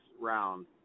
round